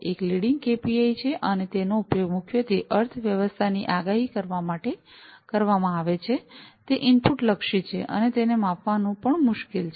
એક leading KPI છે અને તેનો ઉપયોગ મુખ્યત્વે અર્થવ્યવસ્થાની આગાહી કરવા માટે કરવામાં આવે છે તે ઇનપુટ લક્ષી છે અને તેને માપવાનું પણ મુશ્કેલ છે